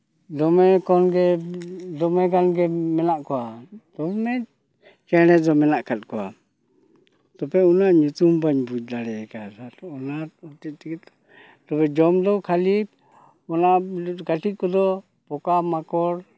ᱫᱚᱢᱮ ᱠᱚᱢᱜᱮ ᱫᱚᱢᱮ ᱜᱟᱱᱜᱮ ᱢᱮᱱᱟᱜ ᱠᱚᱣᱟ ᱫᱚᱢᱮ ᱪᱮᱬᱮ ᱫᱚ ᱢᱮᱱᱟᱜ ᱟᱠᱟᱫ ᱠᱚᱣᱟ ᱛᱚᱵᱮ ᱩᱱᱟᱹᱜ ᱧᱩᱛᱩᱢ ᱵᱟᱹᱧ ᱵᱩᱡᱽ ᱫᱟᱲᱮ ᱠᱟᱣᱫᱟ ᱚᱱᱟ ᱦᱚᱛᱮᱜ ᱛᱮᱜᱮ ᱛᱚ ᱛᱚᱵᱮ ᱡᱚᱢᱫᱚ ᱠᱷᱟᱹᱞᱤ ᱚᱱᱟ ᱠᱟᱹᱴᱤᱡ ᱠᱚᱫᱚ ᱯᱳᱠᱟᱢᱟᱠᱚᱲ